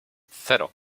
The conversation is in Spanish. cero